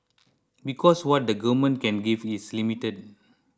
because what the government can give is limited